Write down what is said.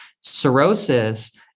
cirrhosis